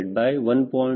15470